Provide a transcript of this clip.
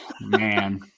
Man